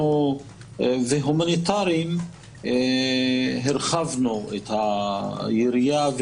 הומניטרית הרחבנו את היריעה,